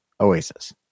Oasis